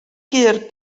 gur